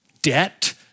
debt